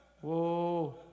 Whoa